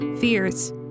fears